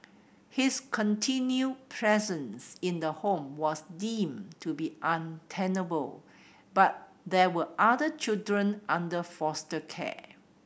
his continued presence in the home was deemed to be untenable but there were other children under foster care